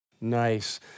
Nice